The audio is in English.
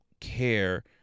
care